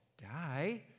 die